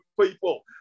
people